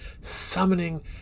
summoning